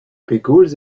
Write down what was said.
pegoulz